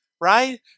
right